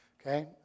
Okay